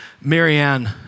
Marianne